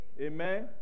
Amen